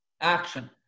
Action